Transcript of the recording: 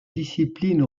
disciplines